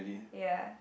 ya